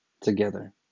together